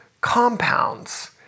compounds